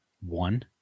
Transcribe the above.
One